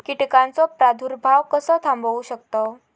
कीटकांचो प्रादुर्भाव कसो थांबवू शकतव?